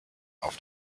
auf